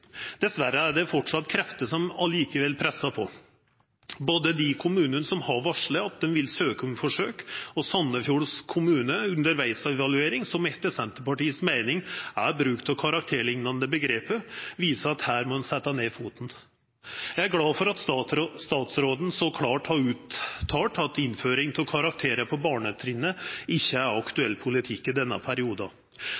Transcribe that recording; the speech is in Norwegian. Dessverre er det fortsatt krefter som allikevel presser på. Både de kommunene som har varslet at de vil søke om forsøk, og Sandefjord kommunes underveisevaluering – som etter Senterpartiets mening er bruk av karakterlignende begrep – viser at her må man sette ned foten. Jeg er glad for at statsråden så klart har uttalt at innføring av karakterer på barnetrinnet ikke er